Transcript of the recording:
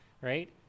Right